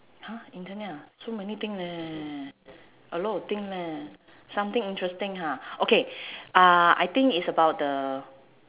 !huh! internet ah so many thing leh a lot of thing leh something interesting ha okay uh I think is about the